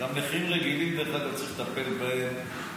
גם נכים רגילים, דרך אגב, צריך לטפל בהם.